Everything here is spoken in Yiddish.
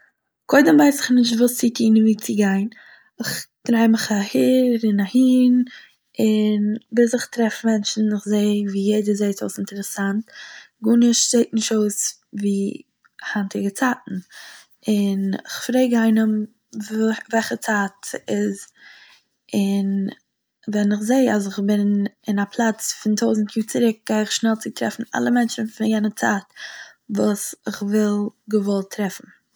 קודם ווייס איך נישט וואס צו טון און וואו צו גיין, איך דריי מיך אהער און אהין און ביז איך טרעף מענטשן, איך זע וואו יעדער זעט אויס אינטערעסאנט, גארנישט זעט נישט אויס וואו היינטיגע צייטן. און איך פרעג איינעם וו- וועלכע צייט ס׳איז, און ווען איך זע אז איך בין אין א פלאץ פון טויזנט יאר צוריק גיי איך שנעל צו טרעפן אלע מענטשן פון יענע צייט וואס איך וויל געוואלט טרעפן,